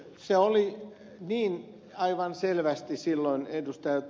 se oli aivan selvästi silloin niin ed